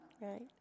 Right